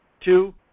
Two